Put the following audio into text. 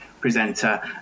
presenter